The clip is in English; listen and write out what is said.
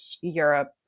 Europe